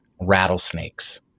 rattlesnakes